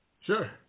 Sure